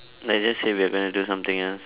like just say we're gonna do something else